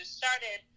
started